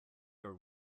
are